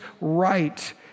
right